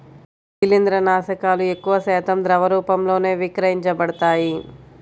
శిలీంద్రనాశకాలు ఎక్కువశాతం ద్రవ రూపంలోనే విక్రయించబడతాయి